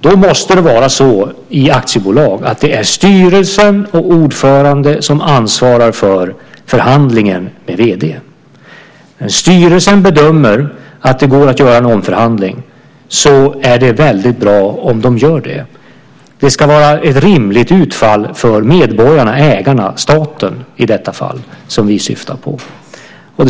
Därför måste det vara så i aktiebolag att styrelsen och ordföranden ansvarar för förhandlingen med vd:n. Om styrelsen bedömer att det går att omförhandla är det bra om det sker. Det ska vara ett rimligt utfall för medborgarna, ägarna, i detta fall staten.